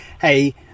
hey